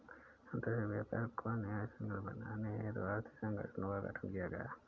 अंतरराष्ट्रीय व्यापार को न्यायसंगत बनाने हेतु आर्थिक संगठनों का गठन किया गया है